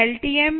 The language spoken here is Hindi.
LTE M